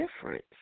difference